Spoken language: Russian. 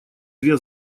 две